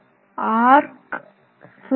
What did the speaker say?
arc சுழற்று